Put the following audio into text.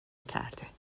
کرده